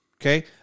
Okay